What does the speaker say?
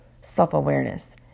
self-awareness